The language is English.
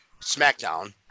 SmackDown